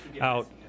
out